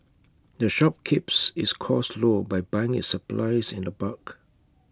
the shop keeps its costs low by buying its supplies in the bulk